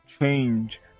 change